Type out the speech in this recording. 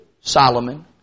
Solomon